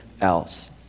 else